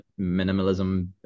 minimalism